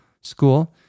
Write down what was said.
school